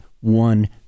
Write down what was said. one